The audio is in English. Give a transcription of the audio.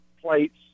plates